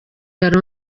yari